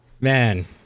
Man